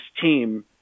team